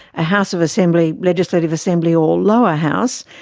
ah house of assembly, legislative assembly or lower house,